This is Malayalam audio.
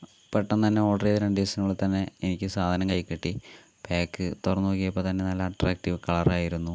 പെട്ടന്ന് തന്നെ ഓഡർ ചെയ്ത് രണ്ട് ദിവസത്തിന് ഉള്ളിൽ തന്നെ എനിക്ക് സാധനം കൈയിൽ കിട്ടി പാക്ക് തുറന്ന് നോക്കിയപ്പോൾ തന്നെ നല്ല അട്രാക്റ്റീവ് കളർ ആയിരുന്നു